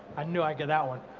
and knew i'd get that one.